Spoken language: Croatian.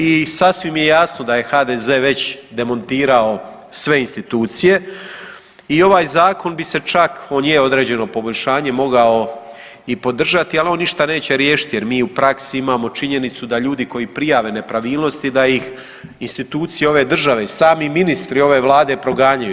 I sasvim je jasno da je HDZ već demontirao sve institucije i ovaj zakon bi se čak, on je određeno poboljšanje mogao i podržati ali on ništa neće riješiti jer mi u praksi imamo činjenicu da ljudi koji prijave nepravilnosti da ih institucije ove države i sami ministri ove Vlade proganjanju.